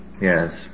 Yes